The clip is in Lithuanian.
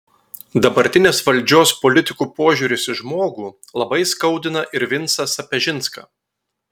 dabartinės valdžios politikų požiūris į žmogų labai skaudina ir vincą sapežinską